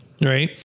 right